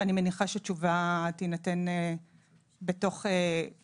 אני מניחה שתשובה תינתן בתוך חודש ימים.